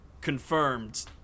Confirmed